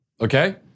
okay